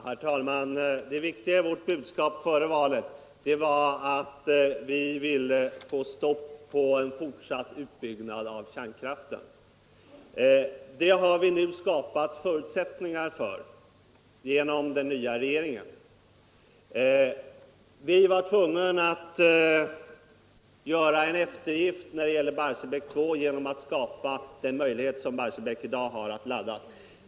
Herr talman! Det viktiga i vårt budskap före valet var att vi ville få stopp på en fortsatt utbyggnad av kärnkraften. Det har vi nu skapat förutsättningar för genom den nya regeringen. Vi var tvungna att göra en eftergift när det gäller Barsebäck 2 genom att ge den möjlighet som i dag finns för Barsebäck att laddas.